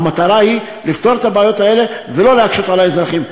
המטרה היא לפתור את הבעיות האלה ולא להקשות על האזרחים.